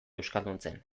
euskalduntzen